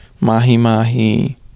mahi-mahi